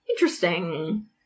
Interesting